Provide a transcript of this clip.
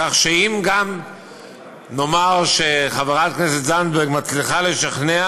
כך שגם אם נאמר שחברת הכנסת זנדברג מצליחה לשכנע